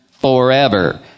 forever